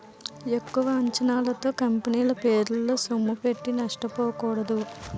ఎక్కువ అంచనాలతో కంపెనీల షేరల్లో సొమ్ముపెట్టి నష్టపోకూడదు